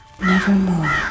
Nevermore